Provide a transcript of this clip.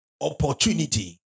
opportunity